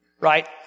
right